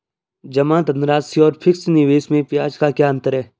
जमा धनराशि और फिक्स निवेश में ब्याज का क्या अंतर है?